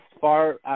far